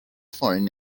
foreign